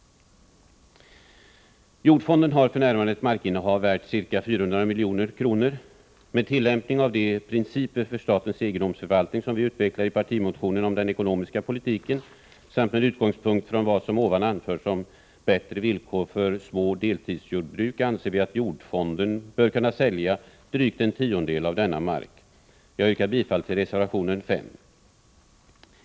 Jordfonden har för närvarande ett markinnehav värt ca 400 milj.kr. Med tillämpning av de principer för statens egendomsförvaltning som vi utvecklar i partimotionen om den ekonomiska politiken samt med utgångspunkt från vad som nyss anförts om bättre villkor för små deltidsjordbruk anser vi att jordfonden bör kunna sälja drygt en tiondel av denna mark.